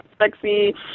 sexy